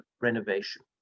renovation